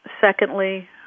secondly